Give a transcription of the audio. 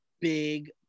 big